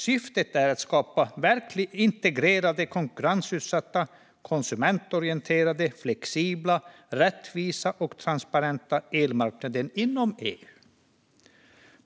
Syftet är att skapa verkligt integrerade, konkurrensutsatta, konsumentorienterade, flexibla, rättvisa och transparenta elmarknader inom EU.